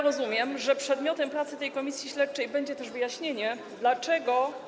Rozumiem, że przedmiotem pracy tej komisji śledczej będzie też wyjaśnienie, dlaczego